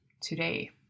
today